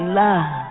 love